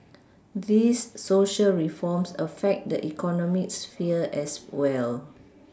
these Social reforms affect the economic sphere as well